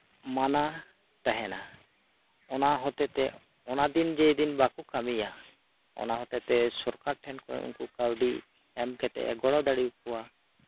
ᱢᱟᱱᱟ ᱛᱟᱸᱦᱮᱱᱟ ᱚᱱᱟ ᱦᱚᱛᱮᱛᱮ ᱡᱮᱫᱤᱱ ᱡᱮᱫᱤᱱ ᱵᱟᱠᱚ ᱠᱟᱹᱢᱤᱚᱭᱟ ᱚᱱᱟ ᱦᱚᱛᱮᱛᱮ ᱩᱱᱠᱩ ᱥᱚᱨᱠᱟᱨ ᱴᱷᱮᱡ ᱠᱷᱚᱱ ᱠᱟᱹᱣᱰᱤ ᱮᱢ ᱠᱟᱛᱮᱜ ᱜᱚᱲᱚ ᱫᱟᱲᱮ ᱟᱠᱚᱣᱟ